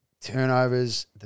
Turnovers